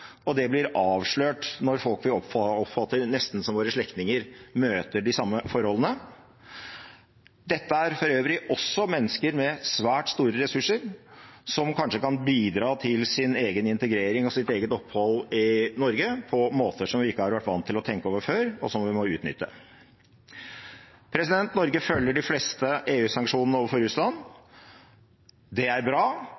og det blir avslørt når folk vi oppfatter nesten som våre slektninger, møter de samme forholdene. Dette er for øvrig også mennesker med svært store ressurser, som kanskje kan bidra til sin egen integrering og eget opphold i Norge på måter vi ikke har vært vant til å tenke over før, og som vi må utnytte. Norge følger de fleste EU-sanksjonene overfor Russland.